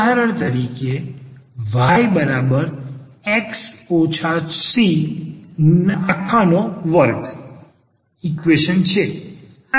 ઉદાહરણ તરીકે yx c2 equation છે